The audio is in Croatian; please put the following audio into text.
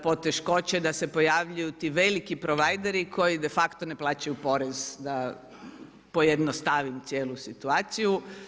Poteškoće da se pojavljuju ti veliki provajderi koji de facto ne plaćaju porez, da pojednostavim cijelu situaciju.